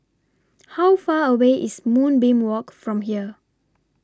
How Far away IS Moonbeam Walk from here